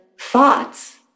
thoughts